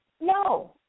No